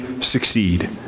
succeed